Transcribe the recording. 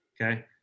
Okay